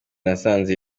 nasanze